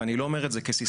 ואני לא אומר את זה כסיסמא,